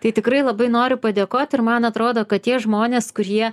tai tikrai labai noriu padėkoti ir man atrodo kad tie žmonės kurie